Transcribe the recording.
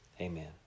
Amen